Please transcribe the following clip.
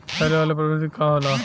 फैले वाला प्रभेद का होला?